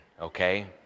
okay